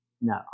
No